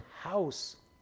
house